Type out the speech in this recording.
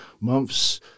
months